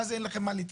למה?